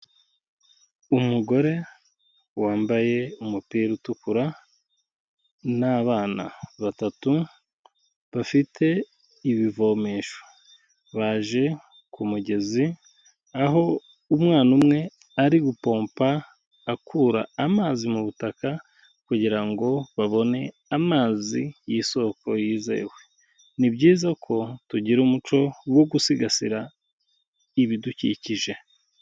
Umugore wambaye umupira utukura n'abana batatu bafite ibivomesho, baje ku mugezi aho umwana umwe ari gupompa akura amazi mu butaka kugira ngo babone amazi y'isoko yizewe, ni byiza ko tugira umuco wo gusigasira ibidukikije.